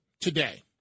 today